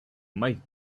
might